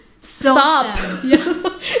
stop